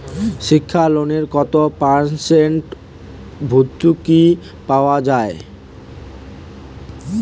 শিক্ষা লোনে কত পার্সেন্ট ভূর্তুকি পাওয়া য়ায়?